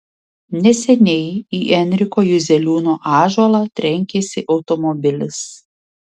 neseniai į enriko juzeliūno ąžuolą trenkėsi automobilis